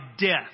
death